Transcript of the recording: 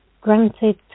Granted